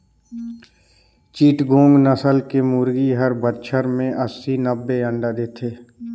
चिटगोंग नसल के मुरगी हर बच्छर में अस्सी, नब्बे अंडा दे देथे